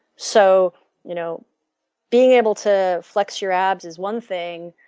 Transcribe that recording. so you know being able to flex your abs is one thing,